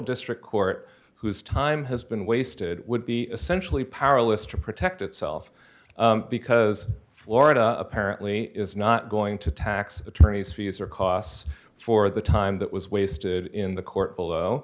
district court whose time has been wasted would be essentially powerless to protect itself because florida apparently is not going to tax attorneys fees or costs for the time that was wasted in the court below